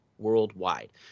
worldwide